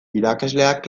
irakasleak